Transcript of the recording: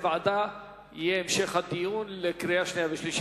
ועדה יהיה המשך הדיון לקראת הקריאה שנייה והקריאה השלישית.